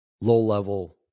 low-level